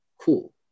cool